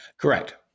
Correct